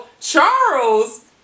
charles